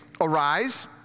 Arise